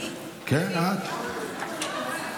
כן, את.